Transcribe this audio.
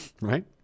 right